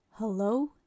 hello